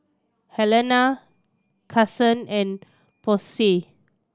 Alena Kasen and Posey